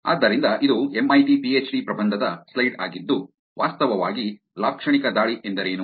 ಆದ್ದರಿಂದ ಇದು MIT PhD ಪ್ರಬಂಧದ ಸ್ಲೈಡ್ ಆಗಿದ್ದು ವಾಸ್ತವವಾಗಿ ಲಾಕ್ಷಣಿಕ ದಾಳಿ ಎಂದರೇನು